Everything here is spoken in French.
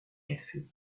café